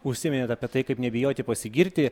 užsiminėt apie tai kaip nebijoti pasigirti